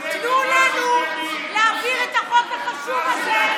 תנו לנו להעביר את החוק החשוב הזה,